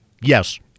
Yes